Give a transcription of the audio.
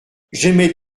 j’émets